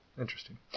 Interesting